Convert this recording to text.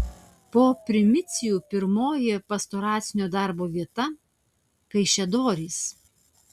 po primicijų pirmoji pastoracinio darbo vieta kaišiadorys